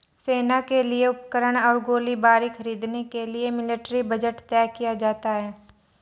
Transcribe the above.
सेना के लिए उपकरण और गोलीबारी खरीदने के लिए मिलिट्री बजट तय किया जाता है